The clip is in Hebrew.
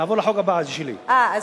אנחנו